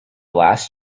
last